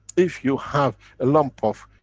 if you have a lump of